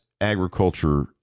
agriculture